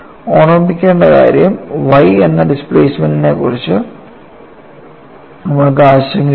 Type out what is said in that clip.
നിങ്ങൾ ഓർമ്മിക്കേണ്ട കാര്യം y എന്ന ഡിസ്പ്ലേസ്മെൻറ് ക്കുറിച്ച് നമ്മൾക്ക് ആശങ്കയുണ്ട്